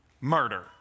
murder